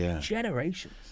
Generations